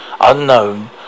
Unknown